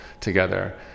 together